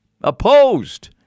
opposed